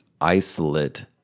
isolate